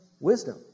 Wisdom